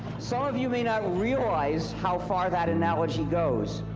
some of you may not realize how far that analogy goes.